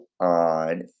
on